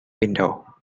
window